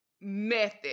method